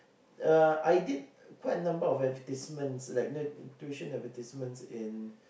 uh I did quite a number of advertisements like you know tuition advertisements in